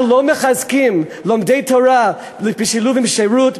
אנחנו לא מחזקים לומדי תורה בשילוב עם שירות,